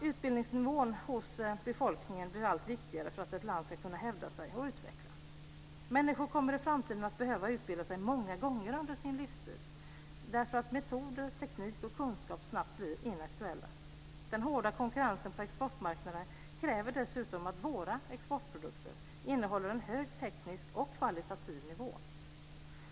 Utbildningsnivån hos befolkningen blir allt viktigare för att ett land ska kunna hävda sig och utvecklas. Människor kommer i framtiden att behöva utbilda sig många gånger under sin livstid eftersom metoder, teknik och kunskap snabbt blir inaktuella. Den hårda konkurrensen på exportmarknaden kräver dessutom att våra exportprodukter innehåller en hög teknisk och kvalitativ nivå.